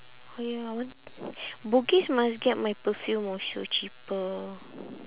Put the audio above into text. !aiya! I want bugis must get my perfume also cheaper